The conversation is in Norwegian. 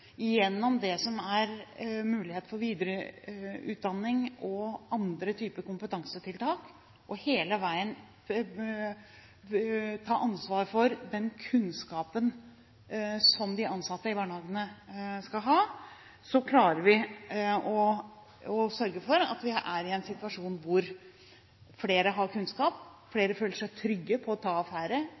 gjennom mulighetene for videreutdanning og andre typer kompetansetiltak, og hele veien ta ansvar for den kunnskapen som de ansatte i barnehagene skal ha, klarer vi å sørge for at vi er i en situasjon hvor flere har kunnskap, flere føler seg trygge på å ta affære,